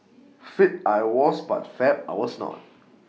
fit I was but fab I was not